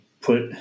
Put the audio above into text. put